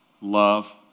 Love